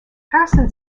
harrison